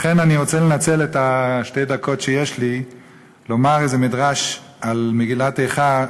לכן אני רוצה לנצל את שתי הדקות שיש לי לומר איזה מדרש על מגילת איכה.